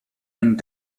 and